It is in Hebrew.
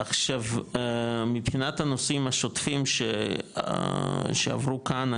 עכשיו מבחינת הנושאים השוטפים שעברו כאן,